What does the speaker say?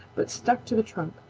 but stuck to the trunk.